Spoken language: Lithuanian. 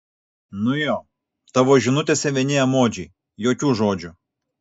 nu jo tavo žinutėse vieni emodžiai jokių žodžių